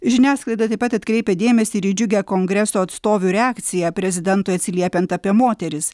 žiniasklaida taip pat atkreipia dėmesį ir į džiugią kongreso atstovių reakciją prezidentui atsiliepiant apie moteris